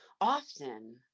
often